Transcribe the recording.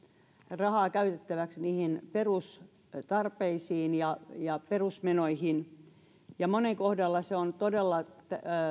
rahaa käytettäväksi niihin perustarpeisiin ja ja perusmenoihin ja monen kohdalla on todella